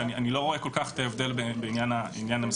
ואני לא רואה את ההבדל בעניין המסוכנות.